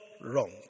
wrong